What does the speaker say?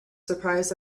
surprised